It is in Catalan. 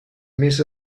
més